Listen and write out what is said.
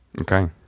okay